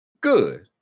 Good